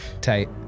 Tight